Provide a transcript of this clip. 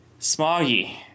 smoggy